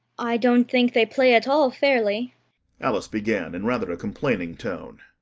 i don't think they play at all fairly alice began, in rather a complaining tone,